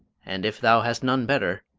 and if thou hast none better